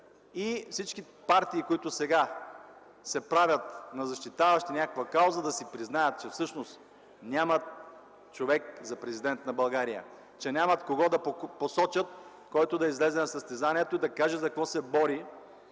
и всички партии, които сега се правят на защитаващи някаква кауза, да си признаят, че всъщност нямат човек за президент на България, че нямат кого да посочат, който да излезе на състезанието и да каже за какво се бори,